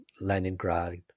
Leningrad